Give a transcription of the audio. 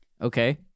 Okay